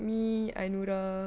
me anura